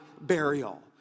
burial